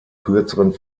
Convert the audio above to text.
kürzeren